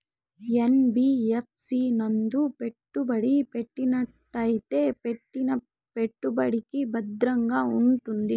NBFC నందు పెట్టుబడి పెట్టినట్టయితే పెట్టిన పెట్టుబడికి భద్రంగా ఉంటుందా?